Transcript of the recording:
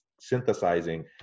synthesizing